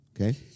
Okay